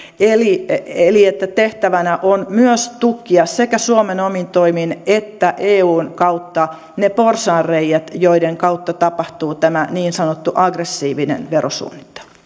eli eli että tehtävänä on myös tukkia sekä suomen omin toimin että eun kautta ne porsaanreiät joiden kautta tapahtuu tämä niin sanottu aggressiivinen verosuunnittelu